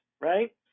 right